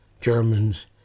Germans